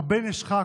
הרבה נשחק,